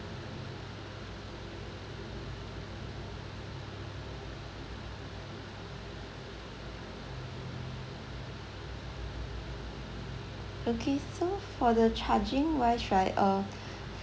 okay so for the charging wise right uh